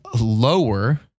lower